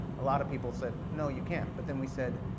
a lot of people said no you can't, but then we said,